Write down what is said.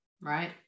right